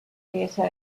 theater